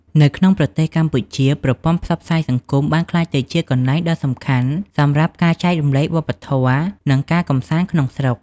នៅក្នុងប្រទេសកម្ពុជា ប្រព័ន្ធផ្សព្វផ្សាយសង្គមបានក្លាយទៅជាកន្លែងដ៏សំខាន់សម្រាប់ការចែករំលែកវប្បធម៌ និងការកម្សាន្តក្នុងស្រុក។